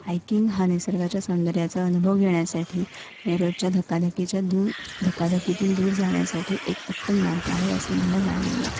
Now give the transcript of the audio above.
hiking हा निसर्गाच्या सौंदर्याचा अनुभव घेण्यासाठी आणि रोजच्या धकाधकीच्या दूर धकाधकीतून दूर जाण्यासाठी एक उत्तम मार्ग आहे असं मला जाणवलं